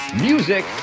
music